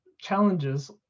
challenges